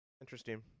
Interesting